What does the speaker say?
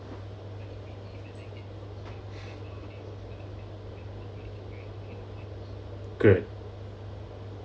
good